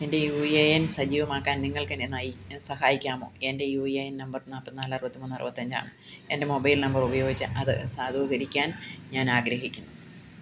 എൻ്റെ U A N സജീവമാക്കാൻ നിങ്ങൾക്കെന്നെ സഹായിക്കാമോ എൻ്റെ യു എ എൻ നമ്പർ നാൽപ്പത്തി നാല് അറുപത്തി മൂന്ന് അറുപത്തഞ്ചാണ് എൻ്റെ മൊബൈൽ നമ്പറുപയോഗിച്ച് അത് സാധൂകരിക്കാൻ ഞാനാഗ്രഹിക്കുന്നു